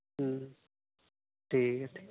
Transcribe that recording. ᱴᱷᱤᱠ ᱜᱮᱭᱟ ᱴᱷᱤᱠ